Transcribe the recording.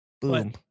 boom